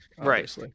Right